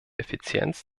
effizienz